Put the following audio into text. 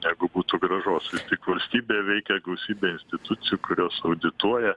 negu būtų grąžos vis tik valstybėje veikia gausybė institucijų kurios audituoja